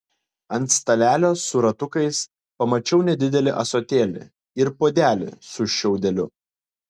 ant stalelio su ratukais pamačiau nedidelį ąsotėlį ir puodelį su šiaudeliu